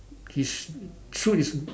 his suit is